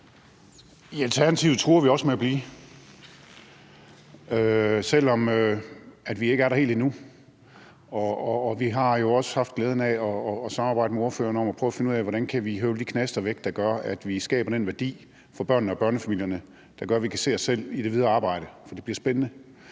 I Alternativet truer vi også med at blive, selv om vi ikke er der helt endnu. Og vi har jo også haft glæden af at samarbejde med ordføreren om at prøve at finde ud af, hvordan vi kan høvle de knaster af, som gør, at vi skaber den værdi for børnene og børnefamilierne, der gør, at vi kan se os selv i det videre arbejde. Så det bliver spændende.